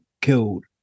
killed